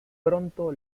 pronto